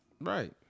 Right